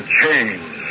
change